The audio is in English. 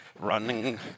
Running